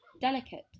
delicate